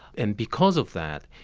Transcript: and because of that,